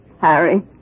Harry